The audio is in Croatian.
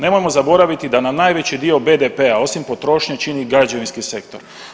Nemojmo zaboraviti da nam najveći dio BDP-a osim potrošnje čini građevinski sektor.